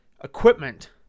equipment